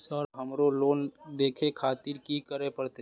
Sir हमरो loan देखें खातिर की करें परतें?